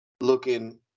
looking